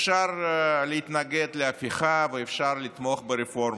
אפשר להתנגד להפיכה ואפשר לתמוך ברפורמה.